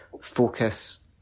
focus